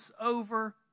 over